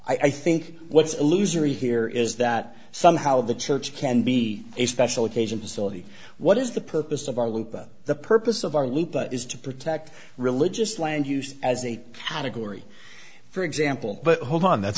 i think what's a loser here is that somehow the church can be a special occasions what is the purpose of our lupa the purpose of our life is to protect religious land use as a category for example but hold on that's